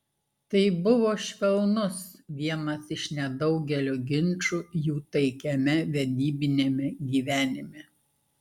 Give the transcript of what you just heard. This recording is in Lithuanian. tai buvo švelnus vienas iš nedaugelio ginčų jų taikiame vedybiniame gyvenime